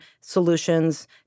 solutions